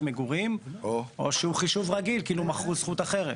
מגורים או שהוא חישוב רגיל כאילו מכרו זכות אחרת.